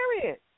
Period